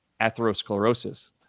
atherosclerosis